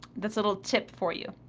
that's a little tip for you.